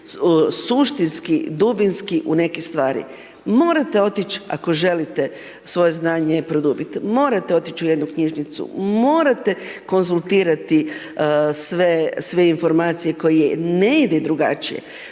suštinski, dubinski u neke stvari. Morate, otići ako želite svoje znanje i produbiti. Morate otići u jednu knjižnicu, morate konzultirate sve informacije koje ne idu drugačije.